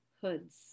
hoods